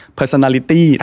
personality